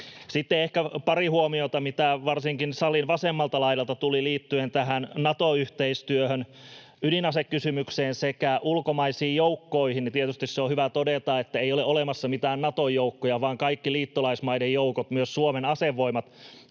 Sitten ehkä pari huomiota, mitä varsinkin salin vasemmalta laidalta tuli liittyen tähän Nato-yhteistyöhön, ydinasekysymykseen sekä ulkomaisiin joukkoihin. Tietysti se on hyvä todeta, että ei ole olemassa mitään Nato-joukkoja, vaan kaikki liittolaismaiden joukot, myös Suomen asevoimat,